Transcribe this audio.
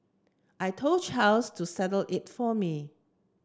I told Charles to settle it for me